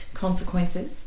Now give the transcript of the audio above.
consequences